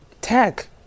tech